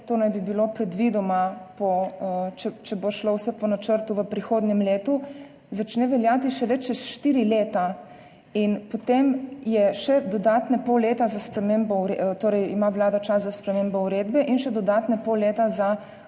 to naj bi bilo predvidoma, če bo šlo vse po načrtu, v prihodnjem letu, začne veljati šele čez štiri leta. In potem ima še dodatnega pol leta Vlada čas za spremembo uredbe in še dodatnega pol leta za